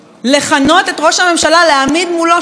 להעמיד מולו שלט של מחאה לגיטימית,